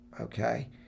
okay